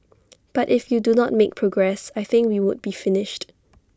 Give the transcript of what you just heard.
but if you do not make progress I think we would be finished